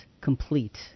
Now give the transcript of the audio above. complete